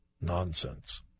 nonsense